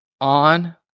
on